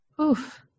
Oof